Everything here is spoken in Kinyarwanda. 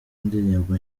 indirimbo